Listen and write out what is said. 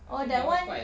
oh that [one]